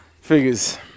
figures